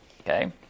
Okay